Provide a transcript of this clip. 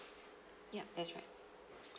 yup that's right